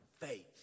faith